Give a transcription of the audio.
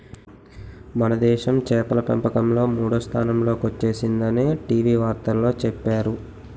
మనదేశం చేపల పెంపకంలో మూడో స్థానంలో కొచ్చేసిందని టీ.వి వార్తల్లో చెప్పేరు